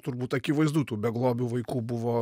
turbūt akivaizdu tų beglobių vaikų buvo